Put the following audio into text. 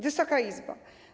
Wysoka Izbo!